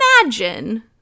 imagine